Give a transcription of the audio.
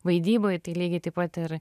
vaidyboj tai lygiai taip pat ir